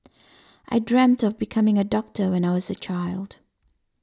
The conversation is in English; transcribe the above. I dreamt of becoming a doctor when I was a child